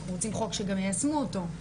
אנחנו רוצים חוק שגם יישמו אותו,